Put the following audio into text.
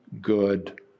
good